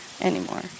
anymore